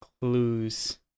clues